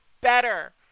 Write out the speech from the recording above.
better